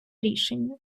рішення